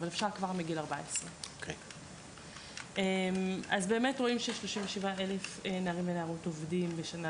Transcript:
אבל אפשר כבר מגיל 14. אז רואים ש-37 אלף נערים ונערות עובדים השנה,